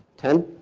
ten.